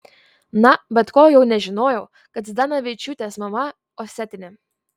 na bet ko jau nežinojau kad zdanavičiūtės mama osetinė